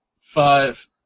five